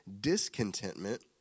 discontentment